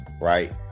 right